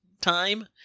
time